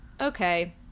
okay